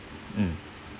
mm